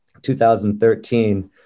2013